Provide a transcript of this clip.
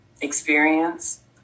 experience